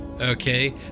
okay